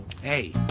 Hey